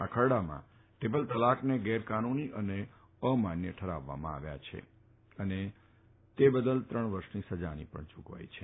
આ ખરડામાં દ્રીપલ તલાકને ગેરકાનૂની અને અમાન્ય ઠરાવવામાં આવ્યા છે અને તે બદલ ત્રણ વર્ષની સજાની જાગવાઈ છે